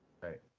right